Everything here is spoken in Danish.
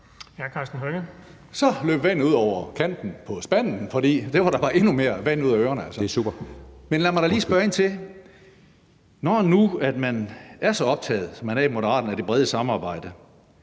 Så løb vandet ud over kanten på spanden, for det var da bare endnu mere vand ud af ørerne. Men lad mig lige spørge: Når nu man er så optaget, som man er i Moderaterne, af det brede samarbejde,